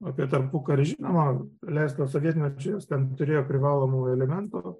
apie tarpukarį žinoma leista sovietmečiu jis ten turėjo privalomųjų elementų